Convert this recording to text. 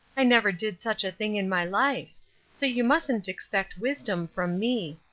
i never did such a thing in my life so you mustn't expect wisdom from me.